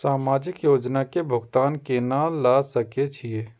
समाजिक योजना के भुगतान केना ल सके छिऐ?